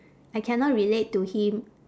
I cannot relate to him